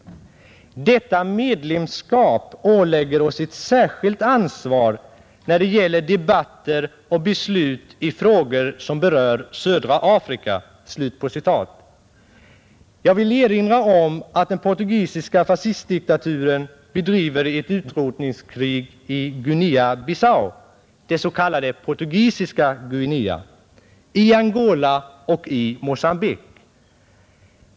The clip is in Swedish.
Detta medlemskap ålägger oss ett särskilt ansvar, när det gäller debatter och beslut i frågor som berör södra Afrika.” Jag vill erinra om att den portugisiska fascistdiktaturen bedriver ett utrotningskrig i Guinea-Bissau — det s.k. Portugisiska Guinea — i Angola och i Mogambique.